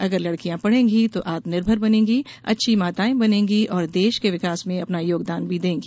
अगर लड़कियाँ पढ़ेंगी तो आत्मनिर्भर बनेंगी अच्छी माताएँ बनेंगी और देश के विकास में अपना योगदान भी देंगी